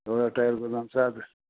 नयाँ टायरको दाम सात